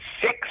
six